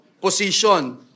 position